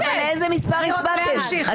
גברתי היועצת המשפטית, בבקשה.